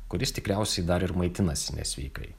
kuris tikriausiai dar ir maitinasi nesveikai